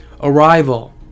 Arrival